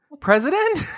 president